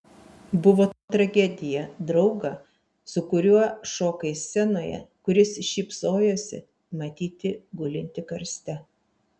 buvo tragedija draugą su kuriuo šokai scenoje kuris šypsojosi matyti gulintį karste